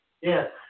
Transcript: Yes